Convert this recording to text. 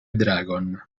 dragon